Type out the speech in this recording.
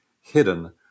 hidden